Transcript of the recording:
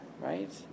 right